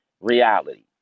reality